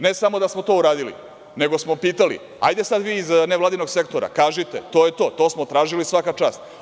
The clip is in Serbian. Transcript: Ne samo da smo to uradili, nego smo pitali – hajde sada vi iz nevladinog sektora, kažite to je to, to smo tražili, svaka čast.